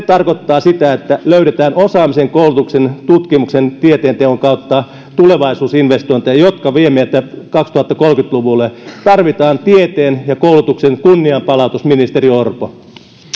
tarkoittaa sitä että löydetään osaamisen koulutuksen tutkimuksen tieteenteon kautta tulevaisuusinvestointeja jotka vievät meitä kaksituhattakolmekymmentä luvulle tarvitaan tieteen ja koulutuksen kunnianpalautus ministeri orpo